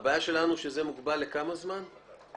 לכמה זמן זה מוגבל?